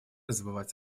забывать